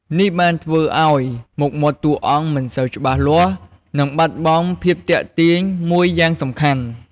នេះបានធ្វើឱ្យមុខមាត់តួអង្គមិនសូវច្បាស់លាស់ និងបាត់បង់ភាពទាក់ទាញមួយយ៉ាងសំខាន់ ។